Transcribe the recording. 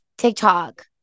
TikTok